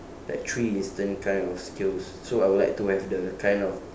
that three instant kind of skills so I would like to have the kind of